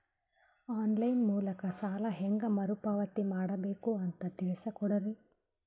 On line ಮೂಲಕ ಸಾಲ ಹೇಂಗ ಮರುಪಾವತಿ ಮಾಡಬೇಕು ಅಂತ ತಿಳಿಸ ಕೊಡರಿ?